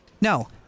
No